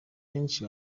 benshi